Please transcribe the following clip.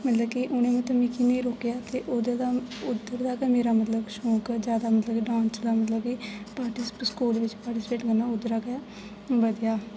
मतलब कि उनैं मिगी ते निं रोकेआ ते ओह्दे बाद में उत्थुं दा गै मेरा मतलब शौंक जैदा मतलब डांस दा मतलब कि स्कूल च पार्टिसिपेट करना उद्धरा दा गै बदेआ